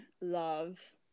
love